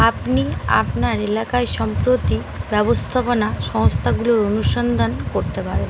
আপনি আপনার এলাকায় সম্প্রতি ব্যবস্থাপনা সংস্থাগুলোর অনুসন্ধান করতে পারেন